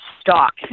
stock